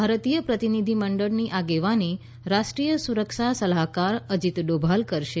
ભારતીય પ્રતિનિધિમંડળની આગેવાની રાષ્ટ્રીય સુરક્ષા સલાહકાર અજીત ડોભાલ કરશે